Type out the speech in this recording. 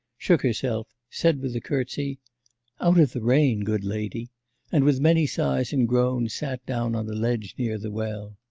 shook herself, said with a curtsy out of the rain, good lady and with many sighs and groans sat down on a ledge near the well.